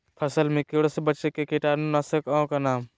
फसल में कीटों से बचे के कीटाणु नाशक ओं का नाम?